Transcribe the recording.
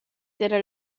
d’eira